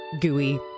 gooey